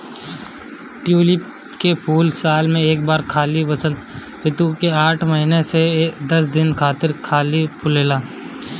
tulip के फूल साल में एक बार खाली वसंत ऋतू में आठ से दस दिन खातिर खाली फुलाला